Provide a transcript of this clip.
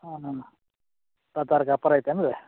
ಹಾಂ ಹಾಂ ವ್ಯಾಪಾರ ಐತೇನು ರೀ